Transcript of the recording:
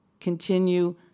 continue